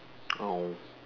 oh